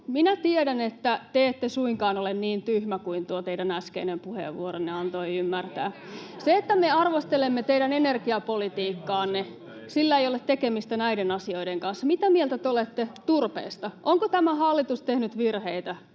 Minä tiedän, että te ette suinkaan ole niin tyhmä kuin tuo teidän äskeinen puheenvuoronne antoi ymmärtää. [Veronika Honkasalo: Mitä ihmettä, ala-arvoista!] Sillä, että me arvostelemme teidän energiapolitiikkaanne, ei ole tekemistä näiden asioiden kanssa. Mitä mieltä te olette turpeesta, onko tämä hallitus tehnyt virheitä